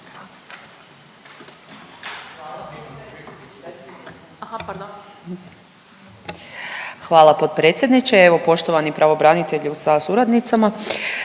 Hvala potpredsjedniče. Evo poštovani pravobranitelju sa suradnicama.